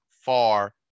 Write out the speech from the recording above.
far